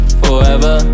forever